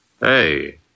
Hey